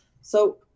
So-